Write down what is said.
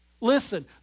Listen